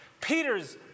Peter's